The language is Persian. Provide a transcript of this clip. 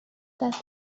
دست